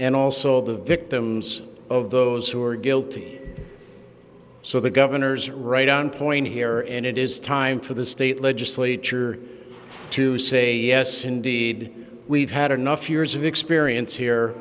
and also the victims of those who are guilty so the governor's right on point here and it is time for the state legislature to say yes indeed we've had enough years of